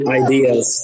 ideas